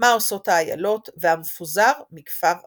"מה עושות האילות" ו"המפוזר מכפר אז"ר".